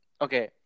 okay